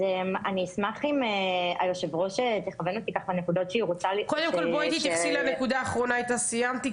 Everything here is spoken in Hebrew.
אני רוצה להגיד לך שאצלי בוועדה לביטחון פנים ביטלתי את הזום,